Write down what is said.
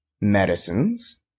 medicines